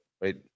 wait